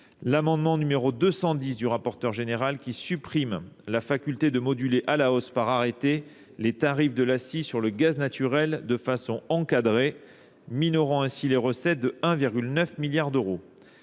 L'amendement n°210 du rapporteur général qui supprime la faculté de moduler à la hausse par arrêté les tarifs de l'assis sur le gaz naturel de façon encadrée, minorant ainsi les recettes de 1,9 milliard d'euros.